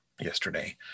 yesterday